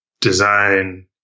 design